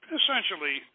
essentially